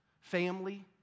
family